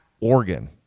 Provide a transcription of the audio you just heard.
Oregon